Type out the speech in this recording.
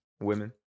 Women